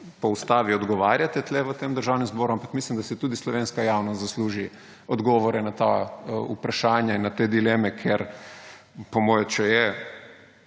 po ustavi odgovarjate tukaj v Državnem zboru, ampak mislim, da si tudi slovenska javnost zasluži odgovore na ta vprašanja in na te dileme, ker po moje, če je,